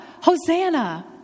Hosanna